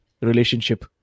relationship